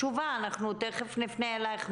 תיכף נפנה אלייך.